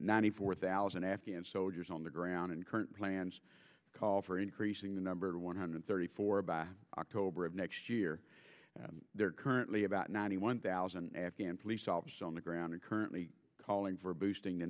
ninety four thousand afghan soldiers on the ground and current plans call for increasing the number one hundred thirty four about october of next year there are currently about ninety one thousand afghan police officers on the ground currently calling for boosting the